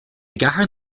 gcathair